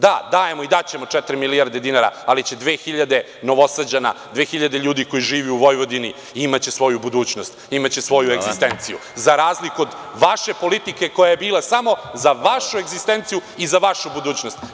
Da, dajemo i daćemo četiri milijarde dinara, ali će 2.000 Novosađana, 2.000 ljudi koji žive u Vojvodini imati svoju budućnosti, imaće svoju egzistenciju, za razliku od vaše politike koja je bila samo za vašu egzistenciju i za vašu budućnost.